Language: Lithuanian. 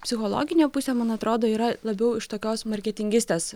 psichologinė pusė man atrodo yra labiau iš tokios marketingistės